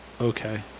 Okay